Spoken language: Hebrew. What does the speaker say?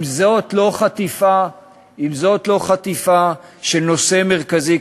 אם זאת לא חטיפה של נושא מרכזי,